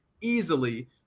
easily